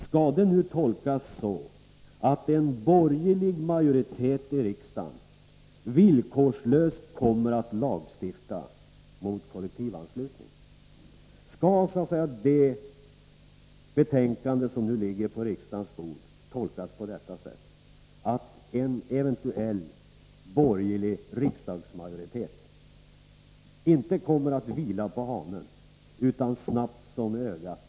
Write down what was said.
Skall det tolkas så att en borgerlig majoritet i riksdagen villkorslöst kommer att lagstifta mot kollektivanslutning? Skall det betänkande som nu ligger på riksdagens bord tolkas på det sättet att en eventuell borgerlig riksdagsmajoritet inte kommer att vila på hanen utan handla snabbt som ögat?